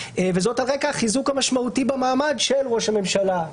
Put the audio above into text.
וזאת על רקע החיזוק המשמעותי במעמד ראש הממשלה.